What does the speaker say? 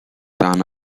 done